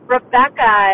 Rebecca